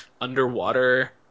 underwater